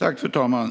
Fru talman!